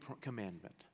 commandment